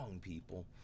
people